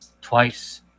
twice